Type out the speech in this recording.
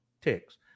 Ticks